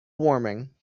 warming